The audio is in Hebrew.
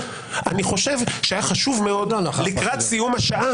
אני חושב שהיה חשוב מאוד לקראת סיום השעה